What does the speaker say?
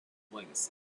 legacy